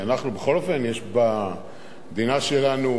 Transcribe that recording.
בכל אופן, יש במדינה שלנו